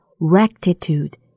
rectitude